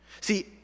See